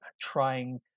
trying